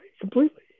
completely